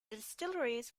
distilleries